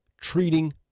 treating